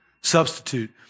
substitute